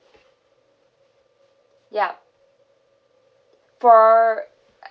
ya for